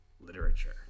literature